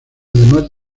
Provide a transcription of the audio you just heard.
además